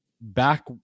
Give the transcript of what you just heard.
back